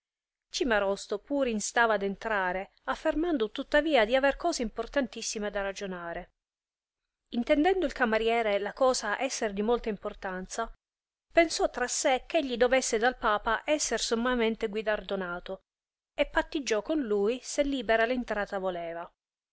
piaceranno cimarosto pur instava d entrare affermando tuttavia di aver cose importantissime da ragionare intendendo il camariere la cosa esser di molta importanza pensò tra sé ch'egli dovesse dal papa esser sommamente guidardonato e pattiggiò con lui se libera l entrata voleva